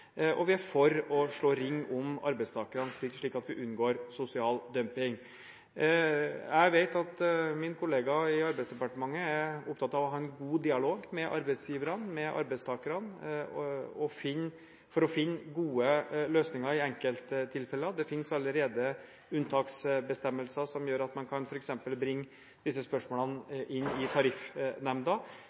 og vi er for å slå ring om arbeidstakerne slik at vi unngår sosial dumping. Jeg vet at min kollega i Arbeidsdepartementet er opptatt av å ha en god dialog med arbeidsgiverne og arbeidstakerne for å finne gode løsninger i enkelttilfeller. Det finnes allerede unntaksbestemmelser som gjør at man f.eks. kan bringe disse spørsmålene inn i Tariffnemnda,